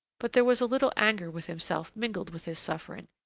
but there was a little anger with himself mingled with his suffering,